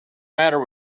matter